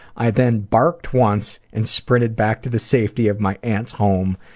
i then barked once and sprinted back to the safety of my aunt's home,